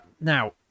now